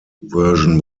version